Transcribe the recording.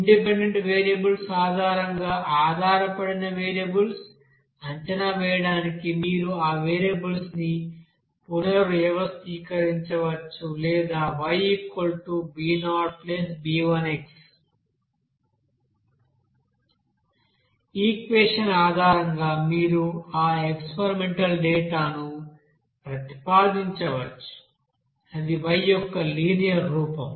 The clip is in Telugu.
ఇండిపెండెంట్ వేరియబుల్స్ ఆధారంగా ఆధారపడిన వేరియబుల్స్ అంచనా వేయడానికి మీరు ఆ వేరియబుల్స్ని పునర్వ్యవస్థీకరించవచ్చు లేదా Yb0b1x ఈక్వెషన్ ఆధారంగా మీరు ఆ ఎక్స్పెరిమెంటల్ డేటా ను ప్రతిపాదించవచ్చు అది Y యొక్క లినియర్ రూపం